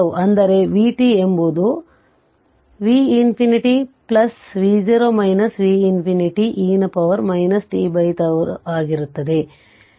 ಅಂದರೆ vt ಎಂಬುದು V ∞ v0 v ∞ e ನ ಪವರ್ tτ ಆಗಿರುತ್ತದೆ